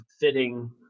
fitting